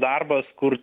darbas kur